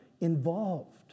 involved